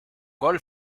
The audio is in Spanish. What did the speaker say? gol